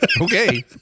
okay